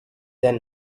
then